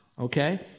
okay